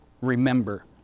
remember